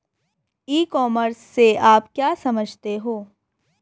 ई commerce से आप क्या समझते हो?